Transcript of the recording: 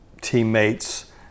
teammates